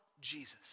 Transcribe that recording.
Jesus